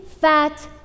fat